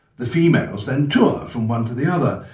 the females then tour from one to the other,